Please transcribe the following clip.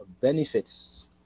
benefits